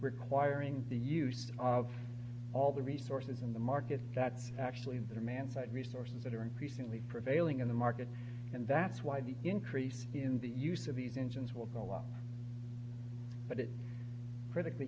requiring the use of all the resources in the market that's actually in their man side resources that are increasingly prevailing in the market and that's why the increase in the use of these engines will go up but it's critical